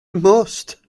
must